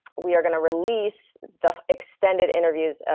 we are going to release the extended interviews, ah